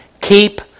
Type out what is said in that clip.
keep